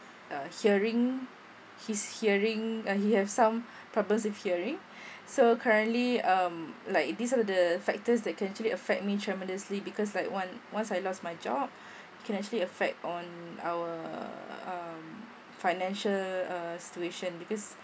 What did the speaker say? uh hearing his hearing uh he has some problems with hearing so currently um like these are the factors that can actually affect me tremendously because like once once I lost my job it can actually affect on our um financial uh situation because